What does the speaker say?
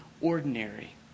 ordinary